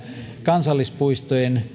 kansallispuistojen